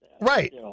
Right